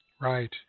right